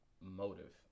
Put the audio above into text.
motive